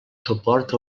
suport